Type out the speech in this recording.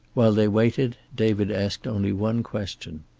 while they waited david asked only one question.